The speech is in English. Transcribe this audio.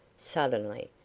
suddenly,